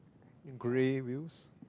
in gray wheels